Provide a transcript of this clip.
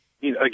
Again